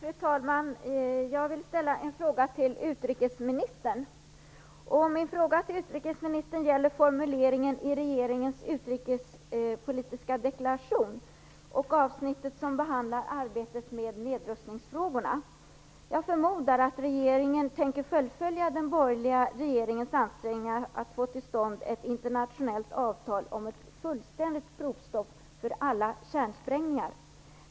Fru talman! Jag vill ställa en fråga till utrikesministern. Den gäller formuleringen i regeringens utrikespolitiska deklaration i avsnittet som behandlar arbetet med nedrustningsfrågorna. Jag förmodar att regeringen tänker fullfölja den borgerliga regeringens ansträngningar att få till stånd ett internationellt avtal om ett fullständigt provstopp för alla kärnsprängningar.